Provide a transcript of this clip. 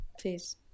please